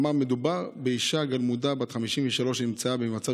אמר שמדובר באישה גלמודה בת 53 שנמצאה במצב